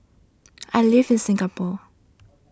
I live in Singapore